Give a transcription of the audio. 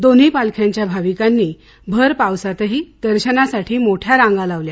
दोन्ही पालख्यांच्या भाविकांनी भर पावसातही दर्शनासाठी मोठ्या रांगा लावल्या